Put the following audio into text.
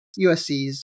USC's